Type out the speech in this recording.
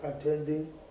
attending